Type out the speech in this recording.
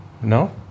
No